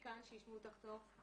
שיש לנו פה כמה וכמה נציגים.